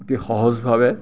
অতি সহজভাৱে